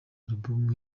album